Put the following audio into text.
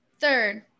third